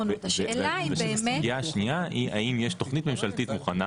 השאלה אם באמת --- והסוגייה השנייה היא האם יש תוכנית ממשלתית מוכנה